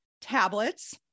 tablets